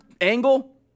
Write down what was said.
angle